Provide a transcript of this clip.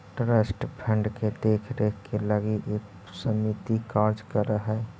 trust fund के देख रेख के लगी एक समिति कार्य कर हई